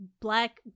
black